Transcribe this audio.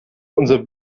unser